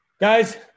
Guys